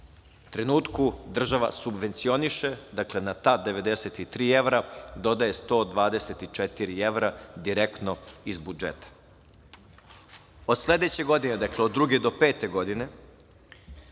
trenutku, država subvencioniše, dakle, na ta 93 evra dodaje 124 evra direktno iz budžeta. Od sledeće godine, od druge do pete godine,